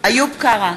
איוב קרא,